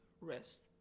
rest